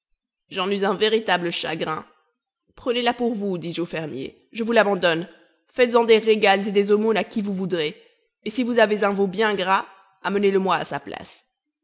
j'en eus un véritable chagrin prenezla pour vous dis-je au fermier je vous l'abandonne faites-en des régals et des aumônes à qui vous voudrez et si vous avez un veau bien gras amenez-le moi à sa place